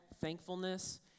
thankfulness